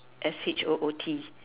S H O O T